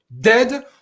dead